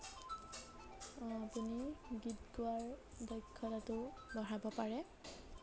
আপুনি গীত গোৱাৰ দক্ষতাটো বঢ়াব পাৰে